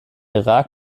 irak